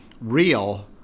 real